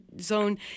zone